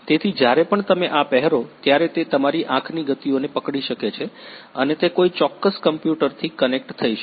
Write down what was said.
તેથી જ્યારે પણ તમે આ પહેરો ત્યારે તે તમારી આંખની ગતિઓને પકડી શકે છે અને તે કોઈ ચોક્કસ કમ્પ્યુટરથી કનેક્ટ થઈ જશે